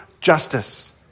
Justice